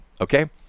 Okay